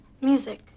Music